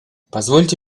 позвольте